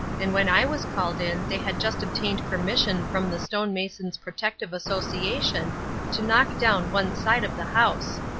and when i was called in they had just obtained permission from the stone mason's protective association to knock down one side of the house.